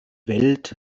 welt